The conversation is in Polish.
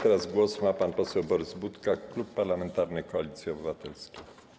Teraz głos ma pan poseł Borys Budka, Klub Parlamentarny Koalicja Obywatelska.